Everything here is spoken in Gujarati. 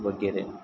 વગેરે